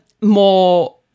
more